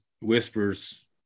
whispers